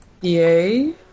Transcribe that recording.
Yay